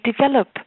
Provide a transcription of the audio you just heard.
develop